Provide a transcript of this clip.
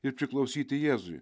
ir priklausyti jėzui